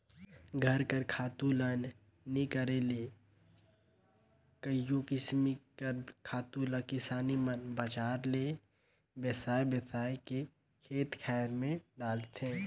घर कर खातू ल नी करे ले कइयो किसिम कर खातु ल किसान मन बजार ले बेसाए बेसाए के खेत खाएर में डालथें